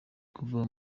kuva